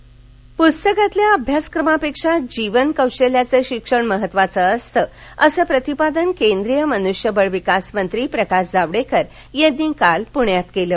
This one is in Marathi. जावडेकर प्स्तकातल्या अभ्यासक्रमापेक्षा जीवन कौशल्याच शिक्षण महत्वाचं असतं असं प्रतिपादन केंद्रीय मनुष्यबळ विकास मंत्री प्रकाश जावडेकर यांनी काल पृण्यात केलं